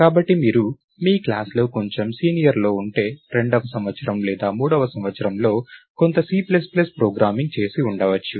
కాబట్టి మీరు మీ క్లాస్ లో కొంచెం సీనియర్లో ఉంటే రెండవ సంవత్సరం లేదా మూడవ సంవత్సరంలో కొంత సి ప్లస్ ప్లస్ ప్రోగ్రామింగ్ చేసి ఉండవచ్చు